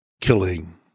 killing